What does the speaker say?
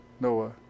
Noah